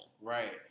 Right